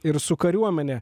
ir su kariuomene